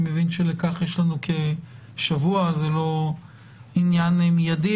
אני מבין שלכך יש לנו כשבוע וזה לא עניין מיידי.